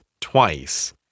twice